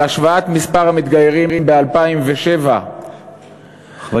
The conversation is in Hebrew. על השוואת מספר המתגיירים ב-2007 להיום,